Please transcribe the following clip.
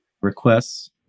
requests